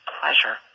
pleasure